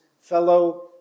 fellow